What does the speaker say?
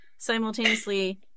Simultaneously